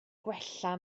gwella